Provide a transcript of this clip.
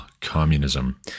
communism